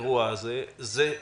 דבר שני,